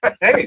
hey